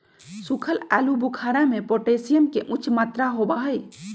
सुखल आलू बुखारा में पोटेशियम के उच्च मात्रा होबा हई